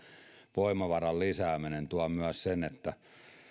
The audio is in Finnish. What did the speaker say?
voimavaran lisääminen tuo myös sen että